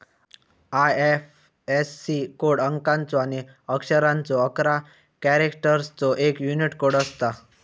IFSC code अंकाचो आणि अक्षरांचो अकरा कॅरेक्टर्सचो एक यूनिक कोड असता